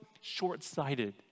short-sighted